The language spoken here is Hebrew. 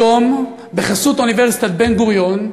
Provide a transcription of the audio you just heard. היום, בחסות אוניברסיטת בן-גוריון,